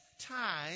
Time